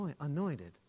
anointed